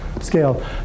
scale